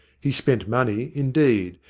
he spent money, indeed,